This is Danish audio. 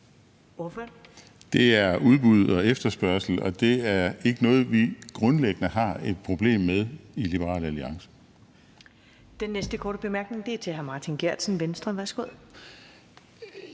Det er udbud og efterspørgsel, og det er ikke noget, vi grundlæggende har et problem med i Liberal Alliance.